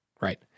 right